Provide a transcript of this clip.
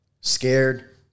Scared